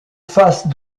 face